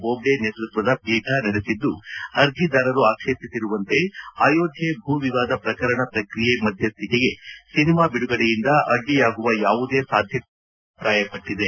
ಬೋಬ್ಗೆ ನೇತೃತ್ವದ ಪೀಠ ನಡೆಸಿದ್ದು ಅರ್ಜಿದಾರರು ಆಕ್ಷೇಪಿಸಿರುವಂತೆ ಅಯೋಧ್ಯೆ ಭೂವಿವಾದ ಪ್ರಕರಣ ಪ್ರಕ್ರಿಯೆ ಮಧ್ಯಸ್ಲಿಕೆಗೆ ಸಿನಿಮಾ ಬಿಡುಗಡೆಯಿಂದ ಅಡ್ಗಿಯಾಗುವ ಯಾವುದೇ ಸಾಧ್ಯತೆಗಳಿಲ್ಲ ಎಂದು ಅಭಿಪ್ರಾಯಪಟ್ಟಿದೆ